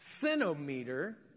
centimeter